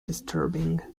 disturbing